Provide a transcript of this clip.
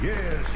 Yes